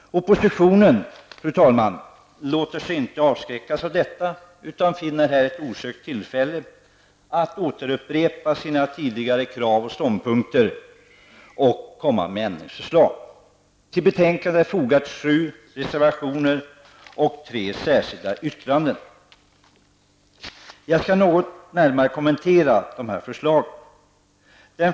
Fru talman! Oppositionen låter sig inte avskräckas av detta utan finner här ett osökt tillfälle att återupprepa sina tidigare krav och ståndpunkter och återkomma med sina ändringsförslag. Till betänkandet är sju reservationer och tre särskilda yttranden fogade. Jag skall något närmare kommentera förslagen.